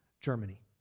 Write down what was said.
germany.